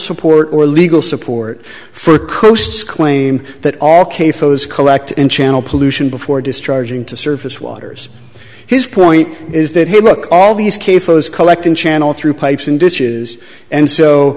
support or legal support for could claim that all k flows collect and channel pollution before discharging to surface waters his point is that his book all these cases collecting channel through pipes and dishes and so